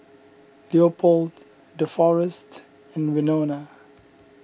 Leopold Deforest and Winona